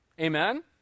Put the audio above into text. Amen